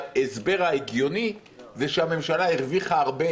ההסבר ההגיוני זה שהממשלה הרוויחה הרבה